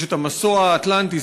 יש המסוע האטלנטי,